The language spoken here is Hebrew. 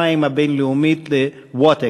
עזרה במימון שירותי בריאות נוספים